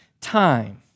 time